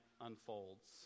unfolds